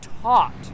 taught